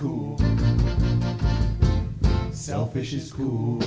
cool selfish is cool